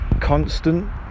constant